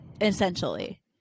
essentially